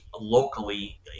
locally